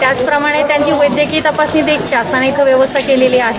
त्याचप्रमाणे त्यांची वैद्यकीय तपासणीची देखील शासनानं इथं व्यवस्था केली आहे